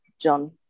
John